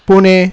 پونے